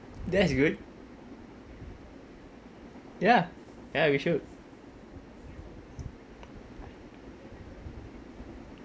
that's good ya ya we should